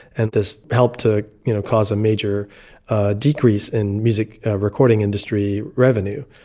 and this helped to cause a major decrease in music recording industry revenue.